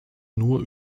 nur